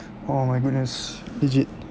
oh my goodness legit